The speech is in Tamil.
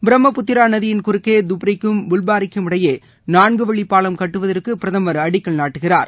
பிரம்மபுத்தரா நதியின் குறுக்கே தாப்ரிக்கும் புவ்பாரிக்கும் இடையே நான்குவழி பாலம் கட்டுவதற்கு பிரதமர் அடிக்கல் நாட்டுகிறார்